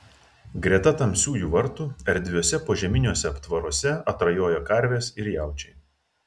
greta tamsiųjų vartų erdviuose požeminiuose aptvaruose atrajoja karvės ir jaučiai